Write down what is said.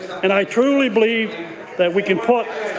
and i truly believe that we can put